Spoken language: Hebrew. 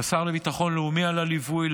לשר לביטחון לאומי על הליווי,